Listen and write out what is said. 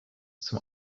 zum